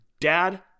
dad